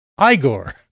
Igor